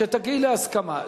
כשתגיעי להסכמה,